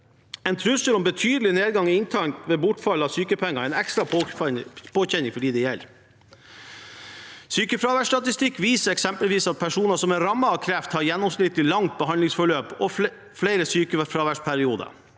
En trussel om betydelig nedgang i inntekt ved bortfall av sykepenger er en ekstra påkjenning for dem det gjelder. Sykefraværsstatistikk viser eksempelvis at personer som er rammet av kreft, har gjennomsnittlig langt behandlingsforløp og flere sykefraværsperioder,